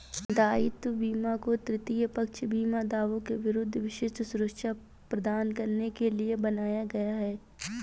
दायित्व बीमा को तृतीय पक्ष बीमा दावों के विरुद्ध विशिष्ट सुरक्षा प्रदान करने के लिए बनाया गया है